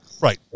Right